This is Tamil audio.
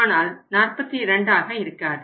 ஆனால் 42 ஆக இருக்காது